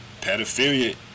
pedophilia